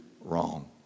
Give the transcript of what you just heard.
wrong